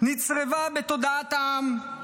נצרבה בתודעת העם,